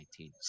2019